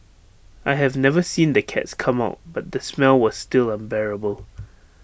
I have never seen the cats come out but the smell was still unbearable